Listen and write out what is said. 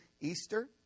Easter